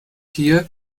hier